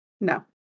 No